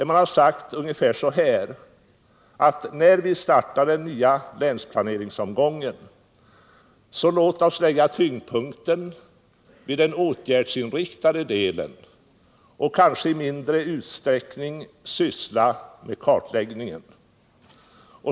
Man har sagt ungefär så här: När vi startar den nya länsplaneringsomgången, så låt oss lägga tyngdpunkten på den åtgärdsinriktade delen och i mindre utsträckning syssla med kartläggningar.